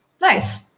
Nice